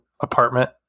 apartment